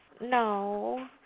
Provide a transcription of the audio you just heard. No